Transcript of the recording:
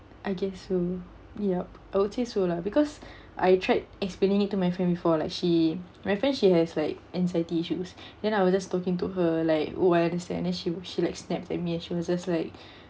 I guess so yup I would say so lah because I tried explaining it to my friend before like she my friend she has like anxiety issues then I was just talking to her like why the sadness she wou~ she like snapped at me and she was just like